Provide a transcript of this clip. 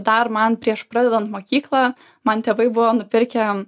dar man prieš pradedant mokyklą man tėvai buvo nupirkę